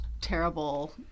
terrible